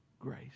Grace